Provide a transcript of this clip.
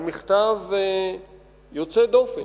חתמנו על מכתב יוצא דופן.